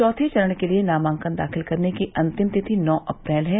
चौथे चरण के लिये नामांकन दाखिल करने की अंतिम तिथि नौ अप्रैल है